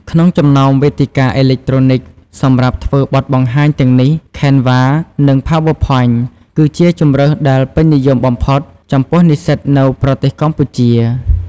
ក្នុងចំណោមវេទិកាអេឡិចត្រូនិកសម្រាប់ធ្វើបទបង្ហាញទាំងនេះ Canva និង Power Point គឺជាជម្រើសដែលពេញនិយមបំផុតចំពោះនិស្សិតនៅប្រទេសកម្ពុជា។